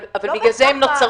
אבל בגלל זה הן נוצרות.